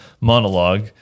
monologue